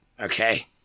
Okay